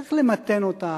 צריך למתן אותם,